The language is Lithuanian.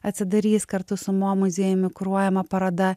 atsidarys kartu su mo muziejumi kuruojama paroda